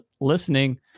listening